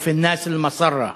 ופי א-נאס אל-מסרה".